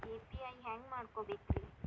UPI ಹ್ಯಾಂಗ ಮಾಡ್ಕೊಬೇಕ್ರಿ?